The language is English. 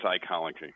psychology